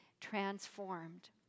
transformed